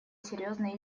серьезные